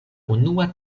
unua